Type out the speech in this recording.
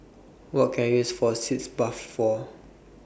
What Can I use For Sitz Bath For